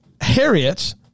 Harriet